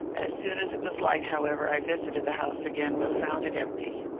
as soon as it was light, however, i visited the house again but found it empty.